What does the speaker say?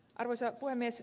arvoisa puhemies